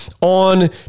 on